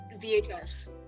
VHS